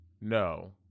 No